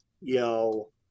yo